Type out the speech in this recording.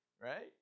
Right